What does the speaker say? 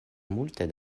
multe